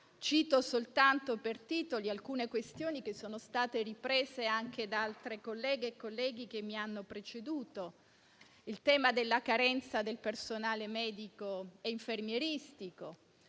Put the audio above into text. Cito soltanto per titoli alcune questioni che sono state riprese anche da altre colleghe e da colleghi che mi hanno preceduto: il tema della carenza del personale medico e infermieristico